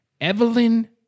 Evelyn